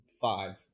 five